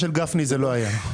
לפני ההצבעה.